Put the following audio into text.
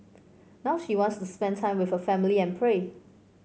now she wants to spend time with her family and pray